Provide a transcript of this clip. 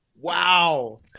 Wow